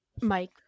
Mike